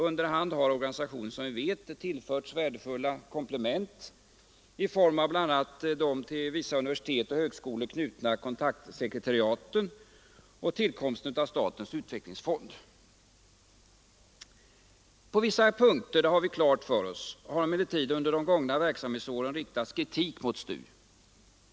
Under hand har organisationen, som vi vet, tillförts värdefulla komplement i form av bl.a. de till vissa universitet och högskolor knutna kontaktsekretariaten samt genom tillkomsten av statens utvecklingsfond. På vissa punkter — det har vi klart för oss — har emellertid under de gångna verksamhetsåren riktats kritik mot STU.